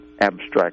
abstract